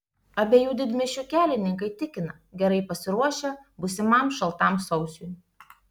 abiejų didmiesčių kelininkai tikina gerai pasiruošę būsimam šaltam sausiui